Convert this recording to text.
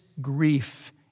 grief